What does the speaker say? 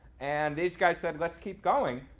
and these guys said, let's keep going.